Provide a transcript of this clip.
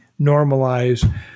normalize